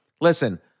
listen